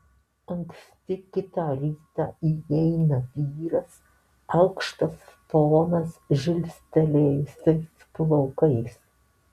anksti kitą rytą įeina vyras aukštas ponas žilstelėjusiais plaukais